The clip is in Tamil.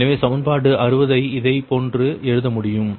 எனவே சமன்பாடு 60 ஐ இதைப்போன்று எழுத முடியும்